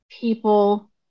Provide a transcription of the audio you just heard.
people